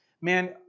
Man